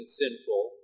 sinful